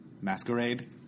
Masquerade